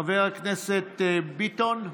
חבר הכנסת ביטון,